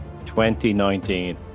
2019